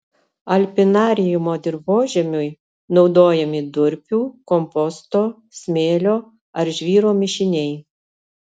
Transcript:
alpinariumo dirvožemiui naudojami durpių komposto smėlio ar žvyro mišiniai